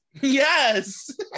Yes